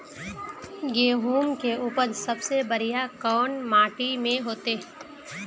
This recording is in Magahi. गेहूम के उपज सबसे बढ़िया कौन माटी में होते?